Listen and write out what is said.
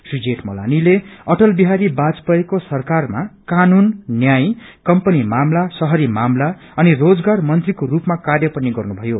श्री जेठमलानीले अटल बिहारी बाजपेयीको सरकारमा कानून न्याय कम्पनी मामला याहरी मामला अनि रोजगार मंत्रीको रूपमा कार्य पनि गर्नुभयो